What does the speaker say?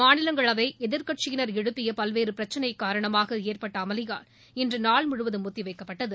மாநிலங்களவை எதிர்கட்சியினர் எழுப்பிய பல்வேறு பிரச்சினை காரணமாக ஏற்பட்ட அமளியால் இன்று நாள் முழுவதும் ஒத்திவைக்கப்பட்டது